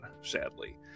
sadly